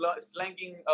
Slanging